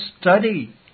study